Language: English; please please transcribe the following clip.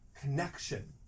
connection